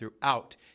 throughout